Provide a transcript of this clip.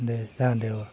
दे जागोन दे औ